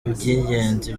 by’ingenzi